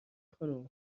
خانم